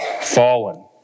fallen